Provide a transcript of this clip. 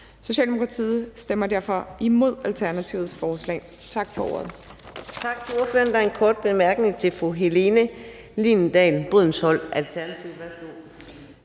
Socialdemokratiet stemmer derfor imod Alternativets forslag. Tak for ordet.